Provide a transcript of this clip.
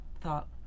thought